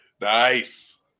nice